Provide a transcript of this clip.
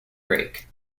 break